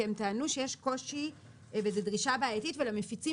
כי הם טענו שיש קושי וזו דרישה בעייתית ולמפיצים